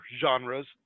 genres